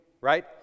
right